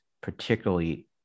particularly